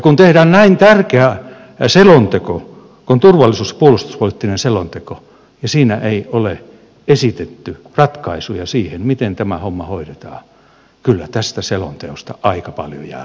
kun tehdään näin tärkeä selonteko kuin turvallisuus ja puolustuspoliittinen selonteko ja siinä ei ole esitetty ratkaisuja siihen miten tämä homma hoidetaan kyllä tästä selonteosta aika paljon jää pois